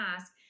ask